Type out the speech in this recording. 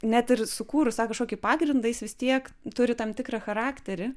net ir sukūrus tą kažkokį pagrindą jis vis tiek turi tam tikrą charakterį